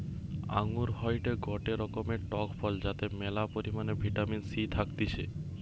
আঙ্গুর হয়টে গটে রকমের টক ফল যাতে ম্যালা পরিমাণে ভিটামিন সি থাকতিছে